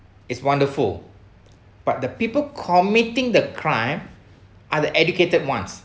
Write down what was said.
is wonderful but the people committing the crime are the educated ones